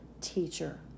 teacher